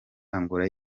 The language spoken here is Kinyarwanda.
angola